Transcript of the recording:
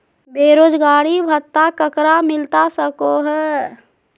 बेरोजगारी भत्ता ककरा मिलता सको है?